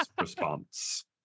response